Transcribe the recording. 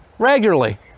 Regularly